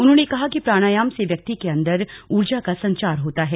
उन्होंने कहा कि प्राणायाम से व्यक्ति के अंदर उर्जा का संचार होता है